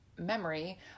memory